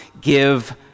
give